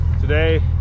Today